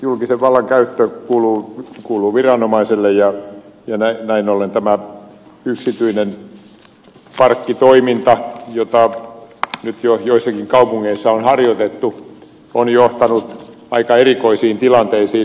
julkisen vallan käyttö kuuluu viranomaiselle ja näin ollen tämä yksityinen parkkitoiminta jota nyt jo joissakin kaupungeissa on harjoitettu on johtanut aika erikoisiin tilanteisiin